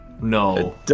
no